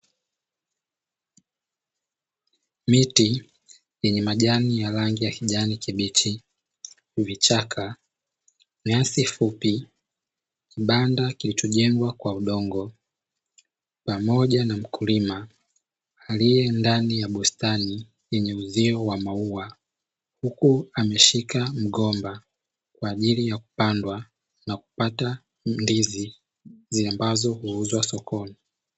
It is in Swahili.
Miti yenye majani ya rangi ya kijani kibichi, vichaka, nyasi fupi, kibanda kilichojengwa kwa udongo. Pamoja na mkulima aliye ndani ya bustani yenye uzio wa maua, huku ameshika mgomba kwa ajili ya kupandwa na kupata ndizi ziendazo kuuzwa sokoni.